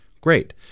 great